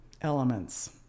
elements